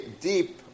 deep